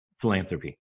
philanthropy